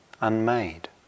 unmade